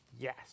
Yes